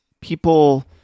people